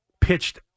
pitched